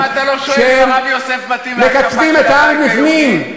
למה אתה לא שואל אם הרב יוסף מתאים להשקפה של הבית היהודי?